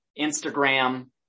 Instagram